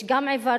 יש גם עיוורון